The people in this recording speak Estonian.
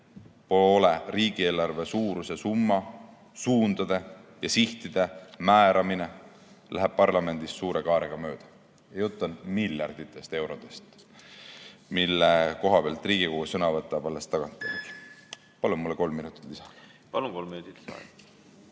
poole riigieelarve suuruse summa suundade ja sihtide määramine läheb parlamendist suure kaarega mööda. Jutt on miljarditest eurodest, mille kohta Riigikogu võtab sõna alles tagantjärele. Palun mulle kolm minutit lisaaega. Palun, kolm minutit